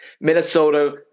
Minnesota